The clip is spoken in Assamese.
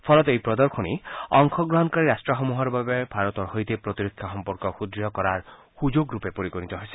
ফলত এই প্ৰদশনী অংশগ্ৰহণকাৰী ৰট্টসমূহৰ বাবে ভাৰতৰ সৈতে প্ৰতিৰক্ষা সম্পৰ্ক সুদৃঢ় কৰাৰ সুযোগৰূপে পৰিগণিত হৈছে